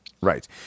Right